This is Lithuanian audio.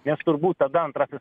nes turbūt tada antrasis